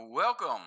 Welcome